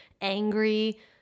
angry